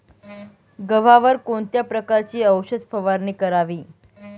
गव्हावर कोणत्या प्रकारची औषध फवारणी करावी?